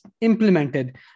implemented